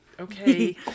Okay